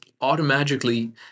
automatically